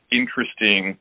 interesting